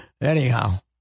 anyhow